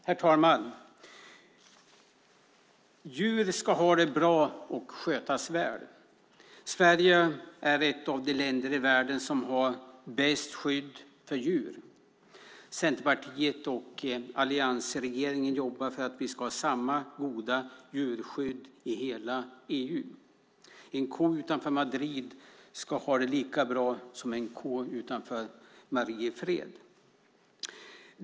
Herr talman! Djur ska ha det bra och skötas väl. Sverige är ett av de länder i världen som har bäst skydd för djur. Centerpartiet och alliansregeringen jobbar för att vi ska ha samma goda djurskydd i hela EU. En ko utanför Madrid ska ha det lika bra som en ko utanför Mariefred.